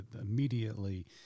immediately